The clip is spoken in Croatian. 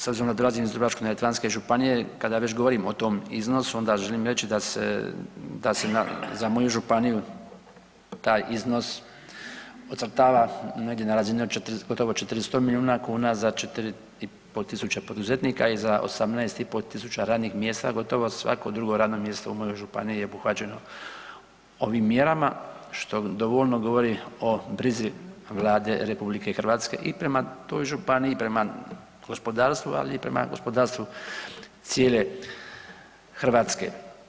S obzirom da dolazim iz Dubrovačko-neretvanske županije, kada već govorim o tom iznosu, onda želim reći da se za moju županiju taj iznos ocrtava negdje na razini gotovo 400 milijuna kuna za 4500 poduzetnika i za 18 500 radnih mjesta, gotov svako drugo radno mjesto u mojoj županiji je obuhvaćeno ovim mjerama što dovoljno govori o brizi Vlade RH i prema toj županiji i prema gospodarstvu ali i prema gospodarstvu cijele Hrvatske.